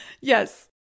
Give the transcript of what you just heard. Yes